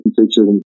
pictures